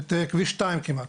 את כביש 2 כמעט,